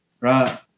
right